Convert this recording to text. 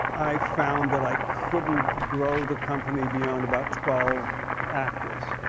i found that i couldn't grow the company beyond about twelve actors.